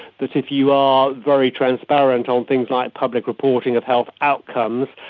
that if you are very transparent on things like public reporting of health outcomes,